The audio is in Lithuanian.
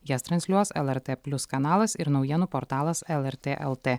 jas transliuos lrt plius kanalas ir naujienų portalas lrt lt